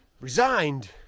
resigned